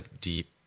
deep